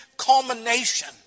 culmination